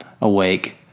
Awake